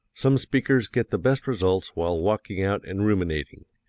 some speakers get the best results while walking out and ruminating,